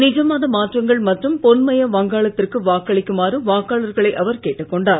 நிஜமான மாற்றங்கள் மற்றும் பொன்மய வங்காளத்திற்கு வாக்களிக்குமாறு வாக்காளர்களை அவர் கேட்டுக் கொண்டார்